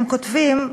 הם כותבים: